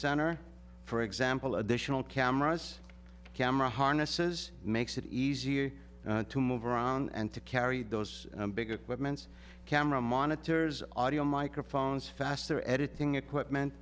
center for example additional cameras camera harnesses makes it easier to move around and to carry those bigger ments camera monitors audio microphones faster editing equipment